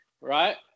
right